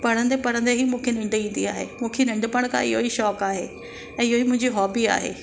पढ़ंदे पढ़ंदे ई मूंखे निढ ईंदी आहे मूंखे नढपिणु खां इहो ई शौंक़ु आहे ऐं इहो ई मुंहिंजी हॉबी आहे